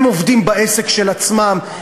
הם עובדים בעסק של עצמם,